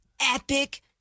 epic